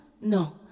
No